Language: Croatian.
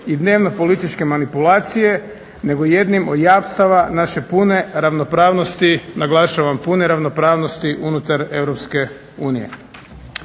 i dnevno političke manipulacije nego jednim od jamstava naše pune ravnopravnosti, naglašavam pune ravnopravnosti unutar